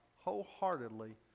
wholeheartedly